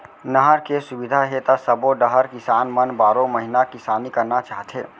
नहर के सुबिधा हे त सबो डहर किसान मन बारो महिना किसानी करना चाहथे